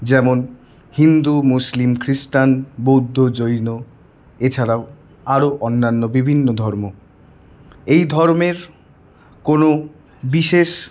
যেমন হিন্দু মুসলিম খ্রিষ্টান বৌদ্ধ জৈন এছাড়াও আরও অন্যান্য বিভিন্ন ধর্ম এই ধর্মের কোনো বিশেষ